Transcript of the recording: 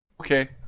Okay